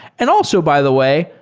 and also, by the way,